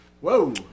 Whoa